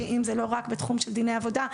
אם זה לא רק בתחום של דיני עבודה,